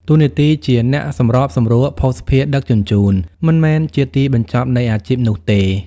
តួនាទីជាអ្នកសម្របសម្រួលភស្តុភារដឹកជញ្ជូន មិនមែនជាទីបញ្ចប់នៃអាជីពនោះទេ។